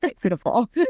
beautiful